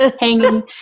hanging